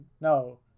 no